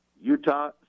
Utah